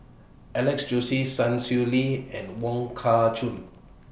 Alex Josey Sun Xueling and Wong Kah Chun